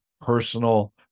personal